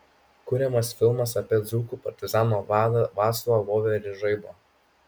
kuriamas filmas apie dzūkų partizanų vadą vaclovą voverį žaibą